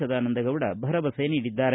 ಸದಾನಂದಗೌಡ ಭರವಸೆ ನೀಡಿದ್ದಾರೆ